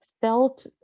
felt